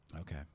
Okay